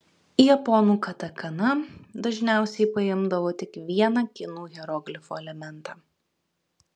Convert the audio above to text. japonų katakana dažniausiai paimdavo tik vieną kinų hieroglifo elementą